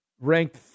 Ranked